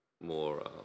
more